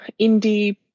Indie